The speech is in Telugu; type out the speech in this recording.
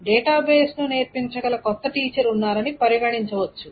డేటాబేస్ నేర్పించగల కొత్త టీచర్ ఉన్నారని పరిగణించవచ్చు